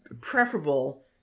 preferable